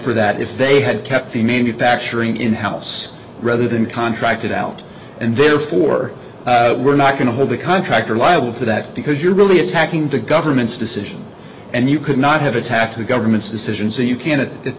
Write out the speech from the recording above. for that if they had kept the manufacturing in house rather than contracted out and therefore we're not going to hold the contractor liable for that because you're really attacking the government's decision and you could not have attacked the government's decision so you can it